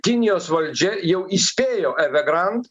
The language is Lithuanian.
kinijos valdžia jau įspėjo evegrand